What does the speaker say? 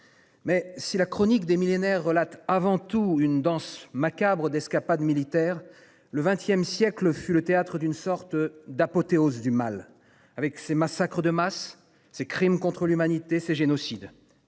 Mais si la chronique des millénaires relate avant tout une danse macabre d'escapades militaire le 20ème siècle fut le théâtre d'une sorte d'apothéose du mal avec ces massacres de masse. Ces crimes contre l'humanité, ces génocide.